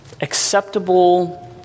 acceptable